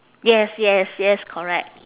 yes yes yes correct